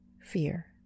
fear